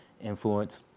influence